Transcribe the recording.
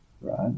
Right